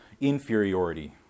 inferiority